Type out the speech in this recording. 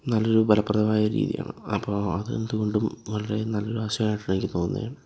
നല്ലൊരു ഫലപ്രദമായൊരു രീതിയാണ് അപ്പോൾ അത് എന്തുകൊണ്ടും വളരെ നല്ലൊരു ആശയമായിട്ടാണ് എനിക്ക് തോന്നുന്നത്